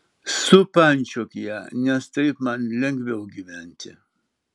supančiok ją nes taip man lengviau gyventi